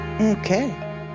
okay